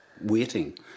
waiting